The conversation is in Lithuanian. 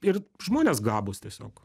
ir žmonės gabūs tiesiog